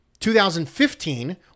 2015